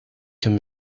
can